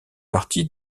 partie